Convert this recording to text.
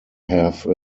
have